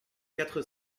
quatre